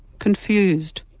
confused.